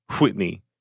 Whitney